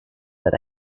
that